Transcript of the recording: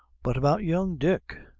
but about young dick,